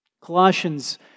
Colossians